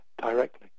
directly